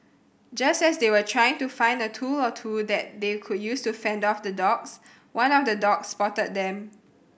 just as they were trying to find a tool or two that they could use to fend off the dogs one of the dogs spotted them